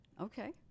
Okay